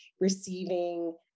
receiving